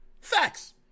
Facts